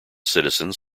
citizens